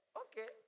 okay